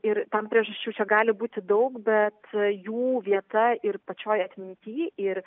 ir tam priežasčių čia gali būti daug bet jų vieta ir pačioj atminty ir